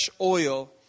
oil